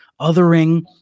othering